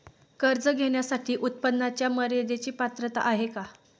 कर्ज घेण्यासाठी उत्पन्नाच्या मर्यदेची पात्रता आहे का?